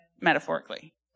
metaphorically